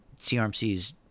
CRMC's